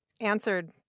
answered